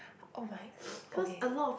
oh my okay